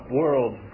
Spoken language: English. world